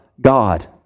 God